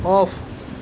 off